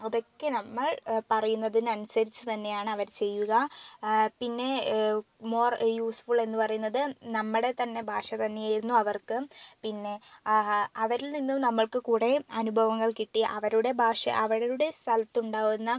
അതൊക്കെ നമ്മൾ പറയുന്നതിനനുസരിച്ച് തന്നെയാണ് അവർ ചെയ്യുക പിന്നേ മോർ യൂസ്ഫുളെന്ന് പറയുന്നത് നമ്മുടെ തന്നെ ഭാഷ തന്നെയായിരുന്നു അവർക്കും പിന്നെ അവരിൽ നിന്നും നമ്മൾക്ക് കുറെ അനുഭവങ്ങൾ കിട്ടി അവരുടെ ഭാഷ അവരുടെ സ്ഥലത്തുണ്ടാവുന്ന